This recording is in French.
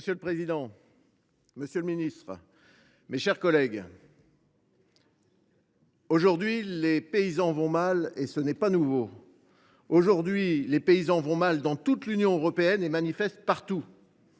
Monsieur le président, monsieur le ministre, mes chers collègues, aujourd’hui, les paysans vont mal, et ce n’est pas nouveau. Aujourd’hui, les paysans vont mal dans toute l’Union européenne, et ils manifestent partout.